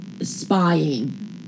spying